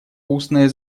устное